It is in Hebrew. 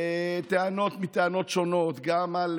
טענות מטענות שונות, גם על